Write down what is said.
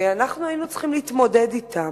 ואנחנו היינו צריכים להתמודד אתן.